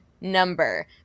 number